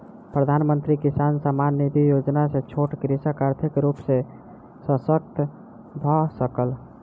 प्रधानमंत्री किसान सम्मान निधि योजना सॅ छोट कृषक आर्थिक रूप सॅ शशक्त भअ सकल